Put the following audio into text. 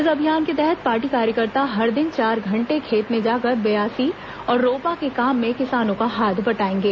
इस अभियान के तहत पार्टी कार्यकर्ता हर दिन चार घंटे खेत में जाकर ब्यासी और रोपा के काम में किसानों का हाथ बंटाएंगे